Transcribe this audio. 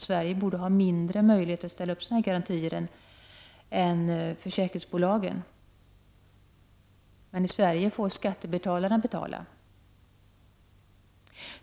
Sverige borde därför ha mindre möjligheter att ställa upp sådana garantier än försäkringsbolagen. Men i Sverige får skattebetalarna betala.